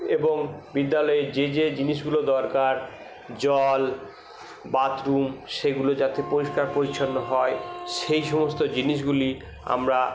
এবং বিদ্যালয়ে যে যে জিনিসগুলো দরকার জল বাথরুম সেগুলো যাতে পরিষ্কার পরিছন্ন হয় সেই সমস্ত জিনিসগুলি আমরা